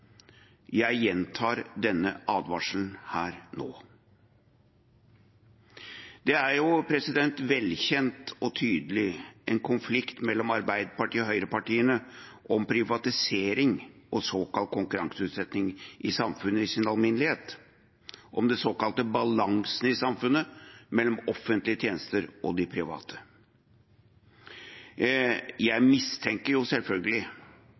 Jeg gjentar denne advarselen her nå. Det er jo en velkjent og tydelig konflikt mellom Arbeiderpartiet og høyrepartiene om privatisering og såkalt konkurranseutsetting i samfunnet i sin alminnelighet, om den såkalte balansen i samfunnet mellom offentlige tjenester og de private. Jeg mistenker selvfølgelig